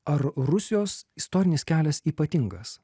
ar rusijos istorinis kelias ypatingas